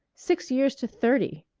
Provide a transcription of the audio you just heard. six years to thirty!